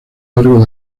largo